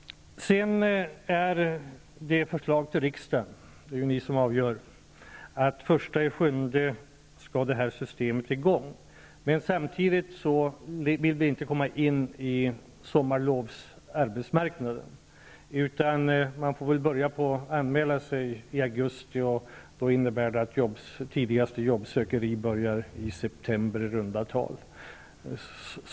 Förslaget till riksdagen -- det är ju ni som avgör -- är att det här systemet skall träda i kraft den 1 juli. Men samtidigt vill vi inte komma in på sommarlovsarbetsmarknaden. Man får väl börja anmäla sig i augusti. Det innebär att tidigaste jobbsökeri i stort sett börjar i september.